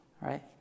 right